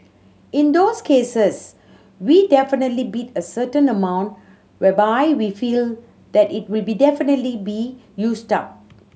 in those cases we definitely bid a certain amount whereby we feel that it will be definitely be used up